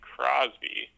Crosby